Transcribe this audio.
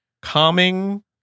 calming